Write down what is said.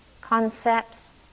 concepts